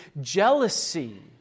jealousy